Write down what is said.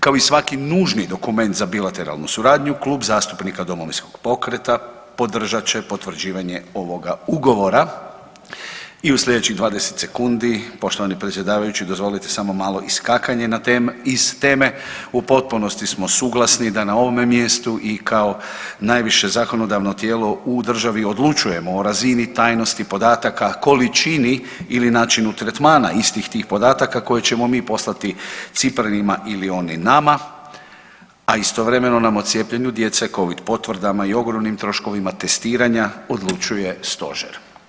Kao i svaki nužni dokument za bilateralnu suradnju Klub zastupnika Domovinskog pokreta podržat će potvrđivanje ovoga ugovora i u slijedećih 20 sekundi, poštovani predsjedavajući dozvolite samo malo iskakanje iz teme, u potpunosti smo suglasni da na ovome mjestu i kao najviše zakonodavno tijelo u državi odlučujemo o razini tajnosti podataka, količini ili načinu tretmana istih tih podataka koje ćemo mi poslati Cipranima ili oni nama, a istovremeno nam o cijepljenju djece, covid potvrdama i ogromnim troškovima testiranja odlučuje stožer.